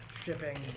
Shipping